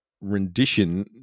rendition